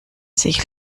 sich